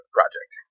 project